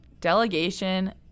delegation